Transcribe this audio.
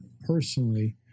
personally